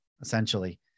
essentially